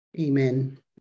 Amen